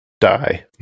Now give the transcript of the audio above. die